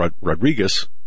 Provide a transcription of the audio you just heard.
Rodriguez